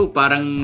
parang